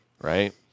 right